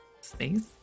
space